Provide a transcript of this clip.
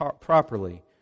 properly